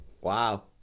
Wow